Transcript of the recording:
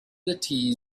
the